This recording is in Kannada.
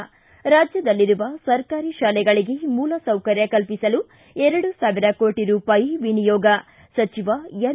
ರ್ಷಿ ರಾಜ್ಯದಲ್ಲಿರುವ ಸರ್ಕಾರಿ ಶಾಲೆಗಳಿಗೆ ಮೂಲ ಸೌಕರ್ಯ ಕಲ್ಪಿಸಲು ಎರಡು ಸಾವಿರ ಕೋಟ ರೂಪಾಯಿ ವಿನಿಯೋಗ ಸಚಿವ ಎನ್